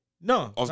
No